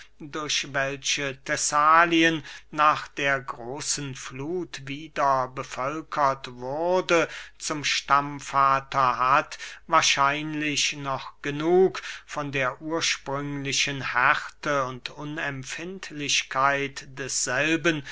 durch welche thessalien nach der großen fluth wieder bevölkert wurde zum stammvater hat wahrscheinlich noch genug von der ursprünglichen härte und unempfindlichkeit desselben